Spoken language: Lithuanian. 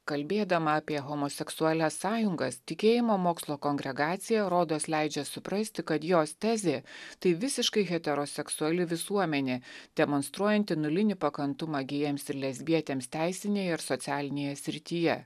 kalbėdama apie homoseksualias sąjungas tikėjimo mokslo kongregacija rodos leidžia suprasti kad jos tezė tai visiškai heteroseksuali visuomenė demonstruojanti nulinį pakantumą gėjams ir lesbietėms teisinėje ir socialinėje srityje